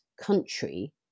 country